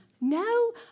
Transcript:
No